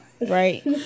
Right